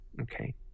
okay